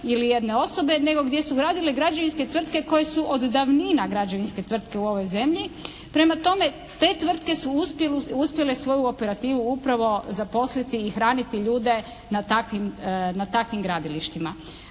ili jedne osobe nego gdje su gradila građevinske tvrtke koje su od davnina građevinske tvrtke u ovoj zemlji. Prema tome, te tvrtke su uspjele svoju operativu upravo zaposliti i hraniti ljude na takvim gradilištima.